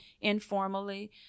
informally